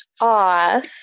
off